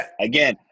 again